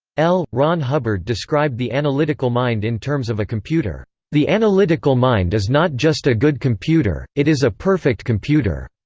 l. ron hubbard described the analytical mind in terms of a computer the analytical mind is not just a good computer, it is a perfect computer.